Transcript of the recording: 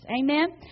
Amen